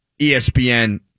ESPN